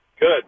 Good